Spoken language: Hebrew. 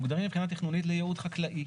מוגדרים מבחינה תכנונית לייעוד חקלאי.